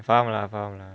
faham lah faham lah